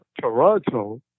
Toronto